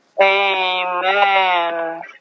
Amen